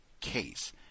case